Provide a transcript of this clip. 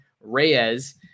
Reyes